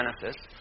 Genesis